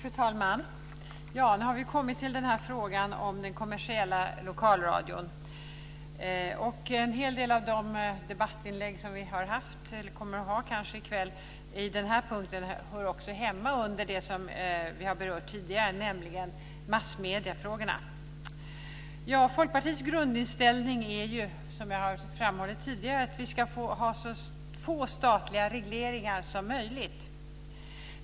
Fru talman! Då har vi kommit till frågan om den kommersiella lokalradion. En hel del av de debattinlägg som vi haft och kanske kommer att ha i kväll under den här punkten hör hemma i det som vi har berört tidigare, nämligen massmediefrågorna. Folkpartiets grundinställning är, som jag har framhållit tidigare, att vi ska ha så få statliga regleringar som möjligt.